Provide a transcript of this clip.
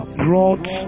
brought